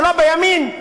ולא בימין,